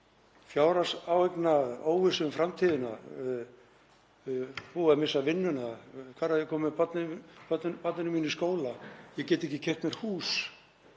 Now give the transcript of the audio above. fjárhagsáhyggna, óvissu um framtíðina, búið að missa vinnuna; hvar á ég að koma barninu mínu í skóla, ég get ekki keypt mér hús